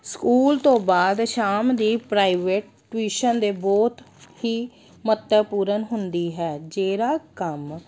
school ਤੋਂ ਬਾਅਦ ਸ਼ਾਮ ਦੀ ਪ੍ਰਾਈਵੇਟ ਟਿਊਸ਼ਨ ਦੇ ਬਹੁਤ ਹੀ ਮਹੱਤਵਪੂਰਨ ਹੁੰਦੀ ਹੈ ਜਿਹੜਾ ਕੰਮ